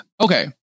okay